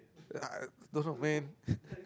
ya I don't know man